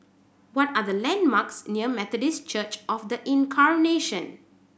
what are the landmarks near Methodist Church Of The Incarnation